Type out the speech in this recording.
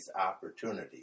opportunities